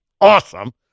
awesome